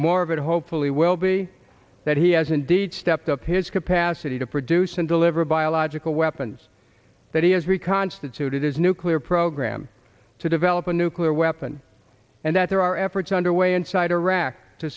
more of it hopefully will be that he has indeed stepped up his capacity to produce and deliver biological weapons that he has reconstituted his nuclear program to develop a nuclear weapon and that there are efforts underway inside iraq to